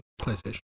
PlayStation